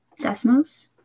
Desmos